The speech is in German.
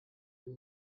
hier